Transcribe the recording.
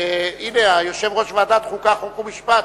שהנה, יושב-ראש ועדת החוקה, חוק משפט